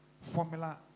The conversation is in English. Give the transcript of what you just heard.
Formula